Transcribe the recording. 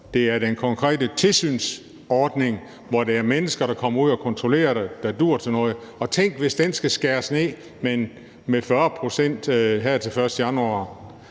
det er den konkrete tilsynsordning, hvor det er mennesker, der kommer ud og kontrollerer, der duer til noget. Tænk, hvis den skal skæres ned med 40 pct. her til den 1. januar.